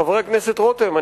חבר הכנסת רותם,